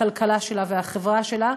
הכלכלה שלה והחברה שלה,